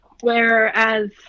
whereas